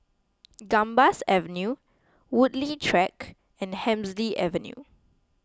Gambas Avenue Woodleigh Track and Hemsley Avenue